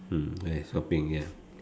mm shopping ya